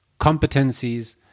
competencies